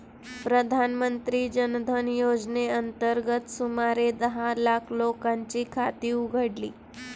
प्रधानमंत्री जन धन योजनेअंतर्गत सुमारे दहा लाख लोकांची खाती उघडली